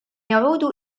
يعود